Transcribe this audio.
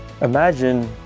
Imagine